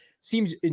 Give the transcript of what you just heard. seems